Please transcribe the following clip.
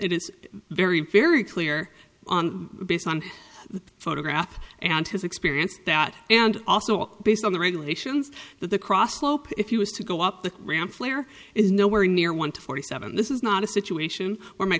it is very very clear based on the photograph and his experience and also based on the regulations that the cross slope if you was to go up the ramp flare is nowhere near one to forty seven this is not a situation where my